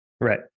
Right